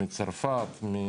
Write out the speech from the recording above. צרפת,